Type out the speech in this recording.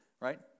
right